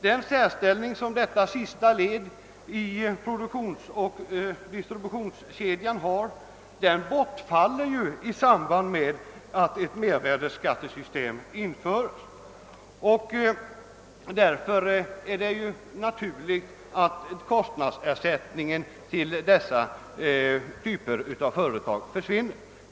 Den särställning, som detta sista led i produktionsoch distributionskedjan har, bortfaller ju i samband med att ett mervärdeskattesystem införes. Därför är det naturligt att kostnadsersättningen till dessa typer av företag försvinner.